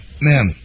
Ma'am